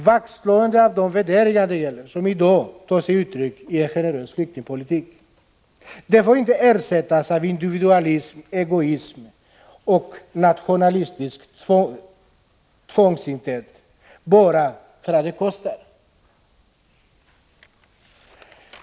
Vaktslåendet om de värderingar som det gäller — som i dag tar sig uttryck i en generös flyktingpolitik — får inte ersättas av individualism, egoism och nationalistisk trångsynthet bara därför att det kostar.